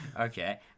Okay